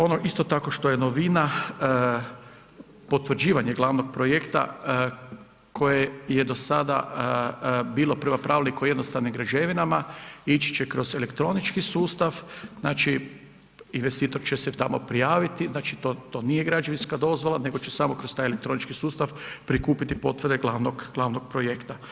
Ono isto tako što je novina, potvrđivanje glavnog projekta koje je do sada bilo prema pravilniku o jednostavnim građevinama, ići će kroz elektronički sustav, znači investitor će se tamo prijaviti, znači to nije građevinska dozvola nego će samo kroz taj elektronički sustav prikupiti potvrde glavnog projekta.